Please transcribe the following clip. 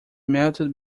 melted